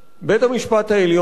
בית-המשפט העליון